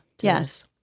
yes